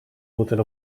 moeten